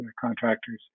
contractors